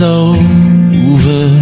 over